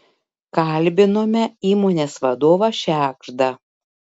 kalbinome įmonės vadovą šegždą